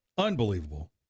Unbelievable